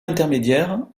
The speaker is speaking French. intermédiaire